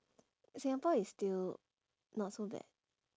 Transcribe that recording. singapore is still not so bad